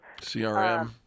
CRM